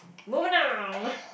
moving on